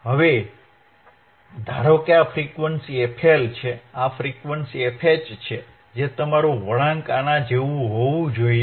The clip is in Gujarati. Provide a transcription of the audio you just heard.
હવે ધારો કે આ ફ્રીક્વન્સી fL છે આ ફ્રીક્વન્સી fH છે જે તમારું વળાંક આના જેવું હોવું જોઈએ